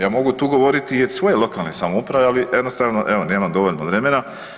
Ja mogu tu govoriti o svojoj lokalnoj samoupravi, ali jednostavno evo nemam dovoljno vremena.